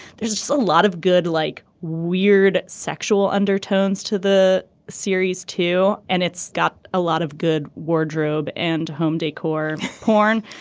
there's a lot of good like weird sexual undertones to the series too and it's got a lot of good wardrobe and home decor porn